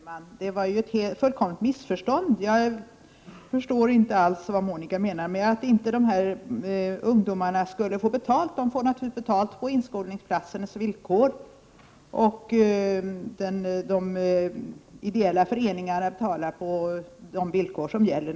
Herr talman! Bara en kort replik för att undanröja ett fullständigt missförstånd. Jag förstår inte alls vad Monica Öhman menar med att ungdomarna inte skulle få betalt. De skall naturligtvis få betalt på de villkor som gäller för inskolningsplatser, och de ideella föreningarna skulle också betala enligt de villkor som gäller.